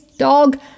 dog